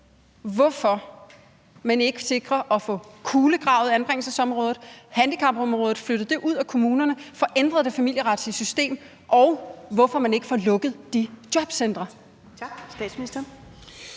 hvorfor man ikke sikrer at få kulegravet anbringelsesområdet, får flyttet handicapområdet ud af kommunerne, får ændret det familieretslige system, og hvorfor man ikke får lukket de jobcentre.